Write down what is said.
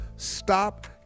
stop